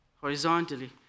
horizontally